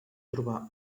trobar